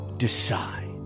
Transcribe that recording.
decide